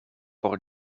por